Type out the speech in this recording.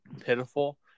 pitiful